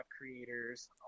Creators